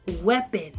weapon